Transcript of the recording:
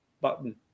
button